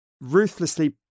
ruthlessly